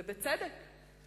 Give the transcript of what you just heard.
ובצדק,